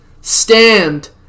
stand